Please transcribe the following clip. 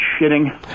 shitting